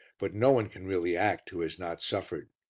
but no one can really act who has not suffered.